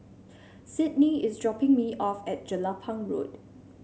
Sydney is dropping me off at Jelapang Road